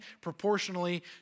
proportionally